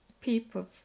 people